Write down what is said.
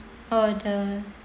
oh dear